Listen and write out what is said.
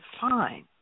fine